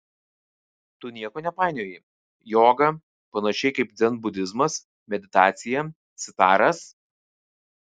tu nieko nepainioji joga panašiai kaip dzenbudizmas meditacija sitaras